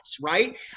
right